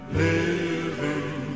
living